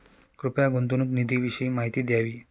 कृपया गुंतवणूक निधीविषयी माहिती द्यावी